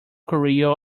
korea